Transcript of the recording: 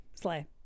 Slay